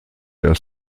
der